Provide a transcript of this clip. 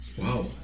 Wow